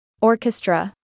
Orchestra